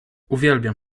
uwielbiam